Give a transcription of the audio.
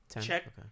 check